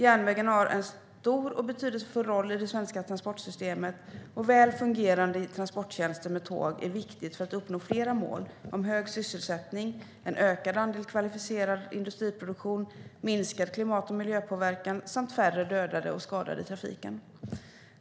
Järnvägen har en stor och betydelsefull roll i det svenska transportsystemet, och väl fungerande transporttjänster med tåg är viktigt för att uppnå flera mål om hög sysselsättning, en ökad andel kvalificerad industriproduktion, minskad klimat och miljöpåverkan samt färre dödade och skadade i trafiken.